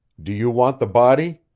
do you want the body?